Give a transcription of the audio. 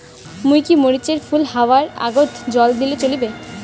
মুই কি মরিচ এর ফুল হাওয়ার আগত জল দিলে চলবে?